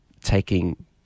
taking